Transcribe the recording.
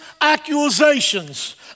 accusations